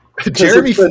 jeremy